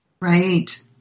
Right